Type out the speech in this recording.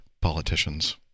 politicians